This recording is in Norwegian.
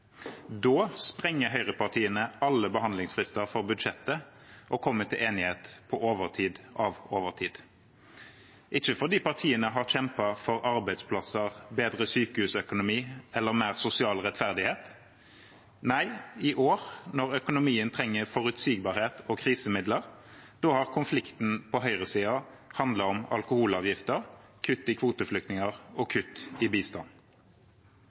da sprenger høyrepartiene alle behandlingsfrister for budsjettet og kommer til enighet på overtid av overtid. Det er ikke fordi partiene har kjempet for arbeidsplasser, bedre sykehusøkonomi eller mer sosial rettferdighet. Nei, i år, når økonomien trenger forutsigbarhet og krisemidler, har konflikten på høyresiden handlet om alkoholavgifter, kutt i antall kvoteflyktninger og kutt i bistand.